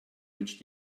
which